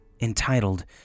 entitled